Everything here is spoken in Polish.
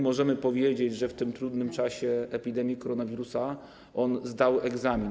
Możemy powiedzieć, że w tym trudnym czasie epidemii koronawirusa ten program zdał egzamin.